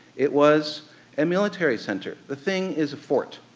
it was a military center. the thing is a fort.